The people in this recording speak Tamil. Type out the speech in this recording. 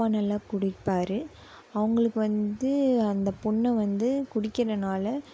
அப்பா நல்லா குடிப்பார் அவங்களுக்கு வந்து அந்த பொண்ணு வந்து குடிக்கிறதுனால